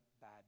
bad